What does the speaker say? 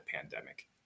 pandemic